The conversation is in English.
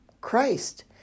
Christ